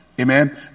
Amen